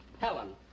Helen